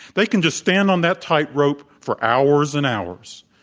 they can just stand on that tightrope for hours and hours.